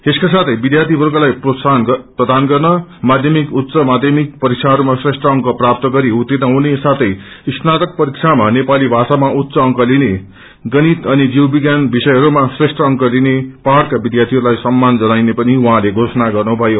यसका साथै विध्यार्थीवर्गलाई प्रोत्साहन प्रदान गर्नमाध्यमिक उच्च माध्यमिक पररीक्षाहरूमा श्रेष्ठ अंक प्राप्त गरि उर्तीण जहुने साथे स्नातक परीक्षामा नेपाली भाषामा उच्च अंक लिने गणित अनि जीव विज्ञान विषयहरूमा श्रेष्ठ अंक लिने पहाड़का विध्यार्थीहरूलाई सम्मान जनाइने पनि उहाँले घोषणा गर्नुभयो